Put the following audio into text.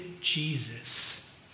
Jesus